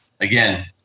again